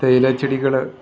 തേയിലച്ചെടികൾ